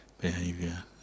behavior